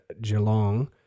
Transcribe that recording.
Geelong